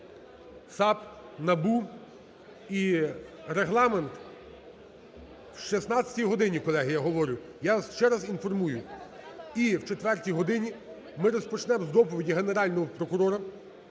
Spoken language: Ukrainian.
САП, НАБУ і… Регламент? О 16 годині, колеги, я говорю. Я ще раз інформую. О четвертій годині ми розпочнемо з доповіді Генерального прокурора,